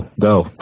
Go